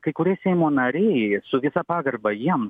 kai kurie seimo nariai su visa pagarba jiem